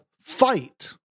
Fight